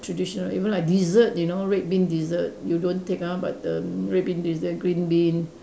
traditional even like dessert you know red bean dessert you don't take ah but the red bean dessert green bean